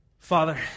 Father